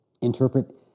Interpret